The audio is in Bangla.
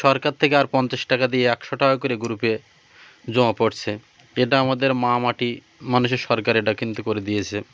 সরকার থেকে আর পঞ্চাশ টাকা দিয়ে একশো টাকা করে গ্রুপে জমা পড়ছে এটা আমাদের মা মাটি মানুষের সরকার এটা কিন্তু করে দিয়েছে